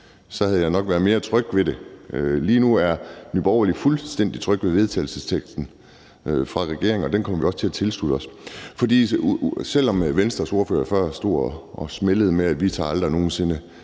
havde jeg nok have været mere tryg ved det. Lige nu er Nye Borgerlige fuldstændig tryg ved vedtagelsesteksten fra regeringen, og den kommer vi også til at tilslutte os. Selv om Venstres ordfører før stod og smældede med, at vi aldrig nogen sinde